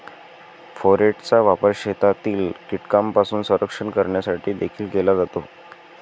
फोरेटचा वापर शेतातील कीटकांपासून संरक्षण करण्यासाठी देखील केला जातो